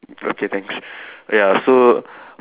okay thanks ya so